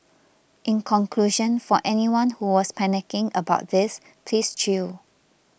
in conclusion for anyone who was panicking about this please chill